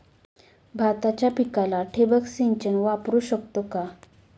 भाताच्या पिकाला ठिबक सिंचन वापरू शकतो का?